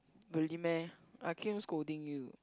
really meh I came scolding you